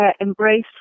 embrace